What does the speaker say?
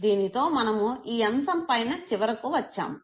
దీనితో మనము ఈ అంశంపైన చివరకు వచ్చాము